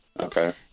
Okay